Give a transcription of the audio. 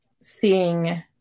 seeing